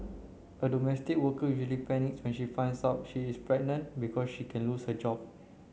a domestic worker usually panics when she finds out she is pregnant because she can lose her job